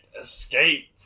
escape